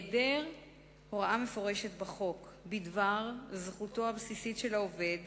העדר הוראה מפורשת בחוק בדבר זכותו הבסיסית של העובד